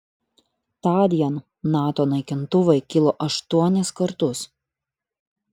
tądien nato naikintuvai kilo aštuonis kartus